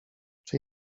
czy